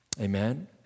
Amen